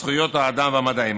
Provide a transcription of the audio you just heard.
זכויות האדם והמדעים".